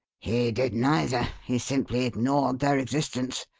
he did neither he simply ignored their existence.